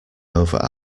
over